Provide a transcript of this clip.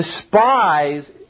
despise